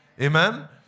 Amen